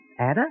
Ada